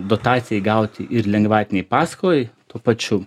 dotacijai gauti ir lengvatinei paskolai tuo pačiu